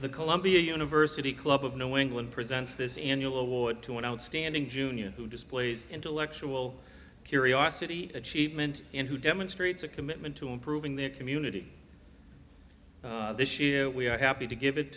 the columbia university club of knowing one presents this annual award to an outstanding junior who displays intellectual curiosity achievement in who demonstrates a commitment to improving their community this year we are happy to give it